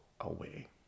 away